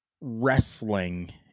wrestling